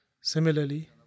Similarly